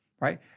right